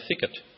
thicket